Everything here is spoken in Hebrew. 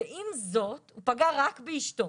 פגע רק באשתו,